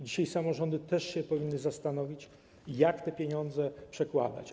Dzisiaj samorządy też powinny się zastanowić, jak te pieniądze przekładać.